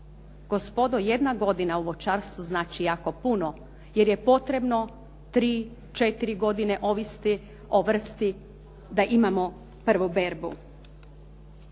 Gospodo jedna godina u voćarstvu znači jako puno, jer je potrebno 3, 4 godine ovisi o vrsti da imamo prvu berbu.